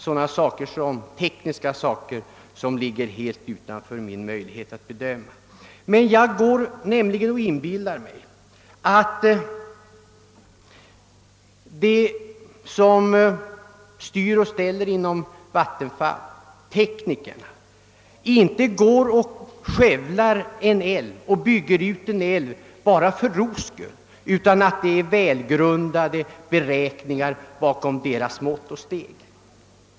Jag hyser dock den uppfattningen att leknikerna inom vattenfallsverket inte bygger ut en älv bara för ro skull utan att det ligger välgrundade beräkningar bakom deras eventuella mått och steg.